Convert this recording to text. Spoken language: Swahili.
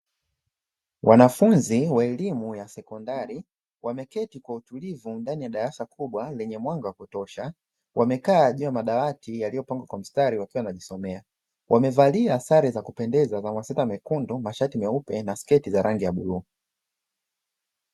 Wanafunzi wa elimu ya sekondari wameketi kwa utulivu ndani ya darasa kubwa lenye mwanga wa kutosha. Wamekaa juu ya madawati yaliyopangwa kwa mstari wakiwa wanajisomea. Wamevalia sare za kupendeza za masweta mekundu, mashati meupe, na sketi za rangi ya bluu.